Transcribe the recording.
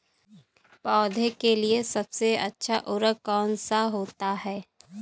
पौधे के लिए सबसे अच्छा उर्वरक कौन सा होता है?